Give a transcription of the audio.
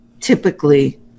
typically